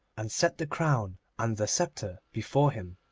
and set the crown and the sceptre before him.